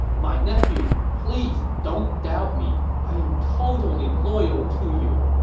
my nephew, please don't doubt me. i am totally loyal to you!